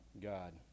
God